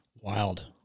Wild